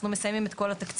אנחנו מסיימים את כל התקציב,